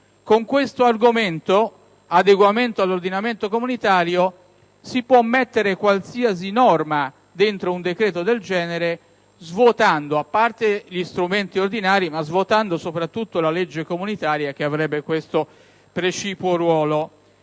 Con questo argomento - «adeguamento dell'ordinamento comunitario» - si può inserire qualsiasi norma dentro un decreto del genere, svuotando, a parte gli strumenti ordinari, soprattutto la legge comunitaria, che avrebbe questo precipuo ruolo.